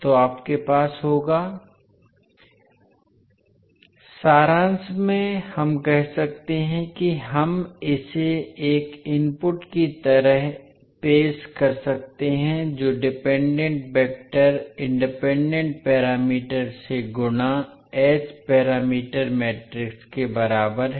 तो आपके पास होगा सारांश में हम कह सकते हैं कि हम इसे एक इनपुट की तरह पेश कर सकते हैं जो डिपेंडेंट वेक्टर इंडिपेंडेंट पैरामीटर से गुणा h पैरामीटर मैट्रिक्स के बराबर है